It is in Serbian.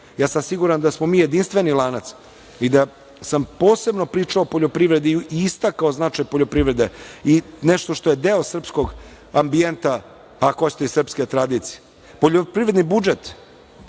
sam siguran da smo mi jedinstveni lanac i da sam posebno pričao o poljoprivredi i istakao značaj poljoprivrede i nešto što je deo srpskog ambijenta, ako hoćete, i srpske tradicije. Poljoprivredni budžet